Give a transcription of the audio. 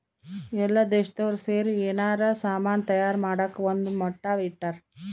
ಎಲ್ಲ ದೇಶ್ದೊರ್ ಸೇರಿ ಯೆನಾರ ಸಾಮನ್ ತಯಾರ್ ಮಾಡಕ ಒಂದ್ ಮಟ್ಟ ಇಟ್ಟರ